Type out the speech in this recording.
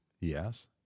Yes